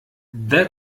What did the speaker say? that